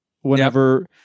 whenever